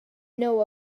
know